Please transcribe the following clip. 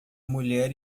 mulher